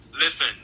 Listen